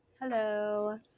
Hello